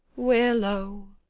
willow,